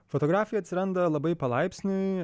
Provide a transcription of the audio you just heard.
fotografija atsiranda labai palaipsniui